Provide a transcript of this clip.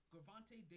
Gravante